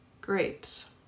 grapes